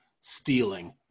stealing